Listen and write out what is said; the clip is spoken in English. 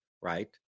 right